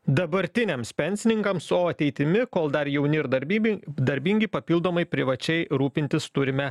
dabartiniams pensininkams su ateitimi kol dar jauni ir darbibi darbingi papildomai privačiai rūpintis turime